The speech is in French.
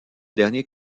dernier